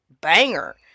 banger